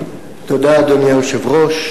אדוני היושב-ראש,